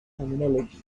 terminology